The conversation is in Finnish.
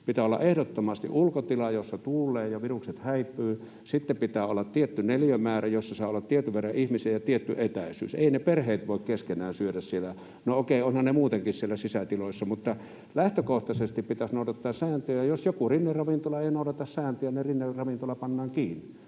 Pitää olla ehdottomasti ulkotila, jossa tuulee ja virukset häipyvät. Sitten pitää olla tietty neliömäärä, jossa saa olla tietyn verran ihmisiä, ja tietyt etäisyydet. Eivät ne perheet voi keskenään syödä siellä. No okei, ovathan ne muutenkin siellä sisätiloissa. Mutta lähtökohtaisesti pitäisi noudattaa sääntöjä, ja jos joku rinneravintola ei noudata sääntöjä, niin rinneravintola pannaan kiinni.